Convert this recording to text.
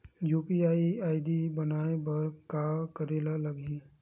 UPI ID बनाये बर का करे ल लगही?